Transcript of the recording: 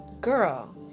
Girl